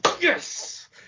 Yes